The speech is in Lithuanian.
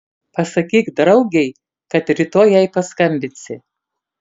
pasakyk draugei kad rytoj jai paskambinsi